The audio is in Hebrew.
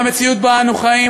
במציאות שבה אנו חיים,